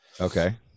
Okay